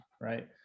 right